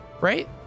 Right